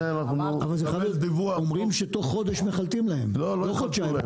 הם אומרים שמחלטים להם תוך חודש; לא תוך חודשיים.